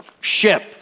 ship